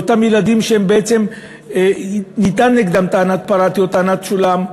או את אותם ילדים שנטענה נגדם טענת "פרעתי" או טענת "שולם",